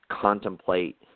contemplate